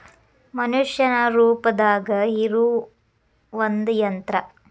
ಮನಷ್ಯಾನ ರೂಪದಾಗ ಇರು ಒಂದ ಯಂತ್ರ